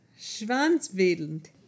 Schwanzwedelnd